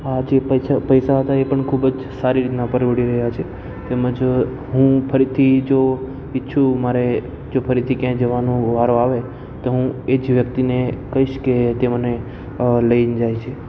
આ જે પૈસા હતા એ પણ ખૂબ જ સારી રીતના પરવળી રહ્યા છે તેમજ હું ફરીથી જો ઈચ્છું મારે જો ફરીથી ક્યાંય જવાનો વારો આવે તો હું એજ વ્યક્તિને કહીશ કે તે મને લઈને જાય છે